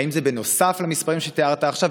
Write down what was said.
האם זה נוסף למספרים שתיארת עכשיו?